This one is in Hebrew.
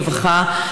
רווחה,